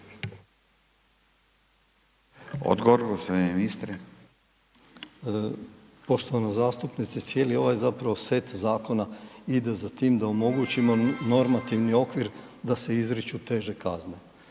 Dražen (HDZ)** Poštovana zastupnice, cijeli ovaj zapravo set zakona ide za time da omogućimo normativni okvir da se izriču teže kazne,